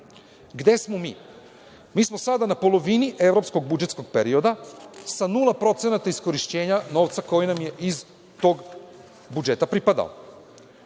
Gde smo mi? Mi smo sada na polovini evropskog budžetskog perioda sa 0% iskorišćenja novca koji nam je iz tog budžeta pripadao.U